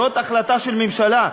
זאת החלטה של הממשלה.